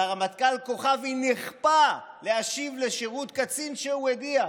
על הרמטכ"ל כוכבי נכפה להשיב לשירות קצין שהוא הדיח.